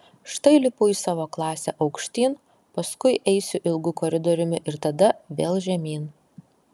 štai lipu į savo klasę aukštyn paskui eisiu ilgu koridoriumi ir tada vėl žemyn